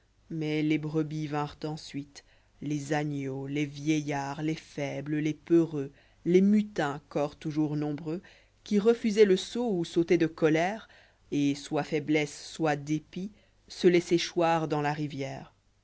î maules brebis yinrent ensjiite les agneaux les vieillards les fqibles les peureux i les mutins corps toujours nombreux qui refusoient le saut ou sauto itnt de colère et soit foiblesse soît rlépit se lais'soient choir dans la rivière